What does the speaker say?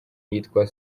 yitwa